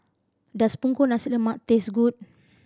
does Punggol Nasi Lemak taste good